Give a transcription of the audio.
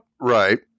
Right